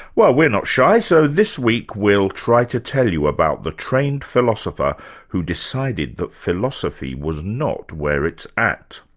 well we're not shy, so this week we'll try to tell you about the trained philosopher who decided that philosophy was not where it's at.